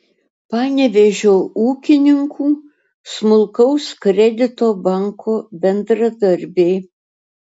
panevėžio ūkininkų smulkaus kredito banko bendradarbiai